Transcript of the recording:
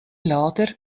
lader